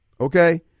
Okay